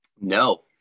no